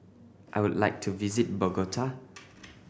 I would like to visit Bogota